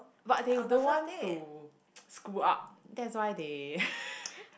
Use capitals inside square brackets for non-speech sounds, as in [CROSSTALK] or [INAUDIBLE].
but they don't want to [NOISE] screw up that's why they [LAUGHS]